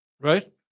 Right